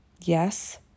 Yes